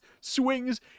swings